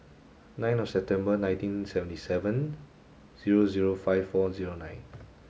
nine of September nineteen seventy seven zero zero five four zero nine